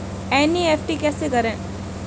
NEFT कैसे करें?